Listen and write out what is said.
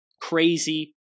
crazy